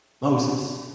Moses